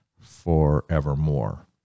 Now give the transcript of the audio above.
forevermore